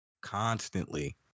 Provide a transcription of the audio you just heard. constantly